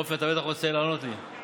עפר, אתה בטח רוצה לענות לי.